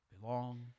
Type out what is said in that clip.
belong